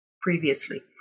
previously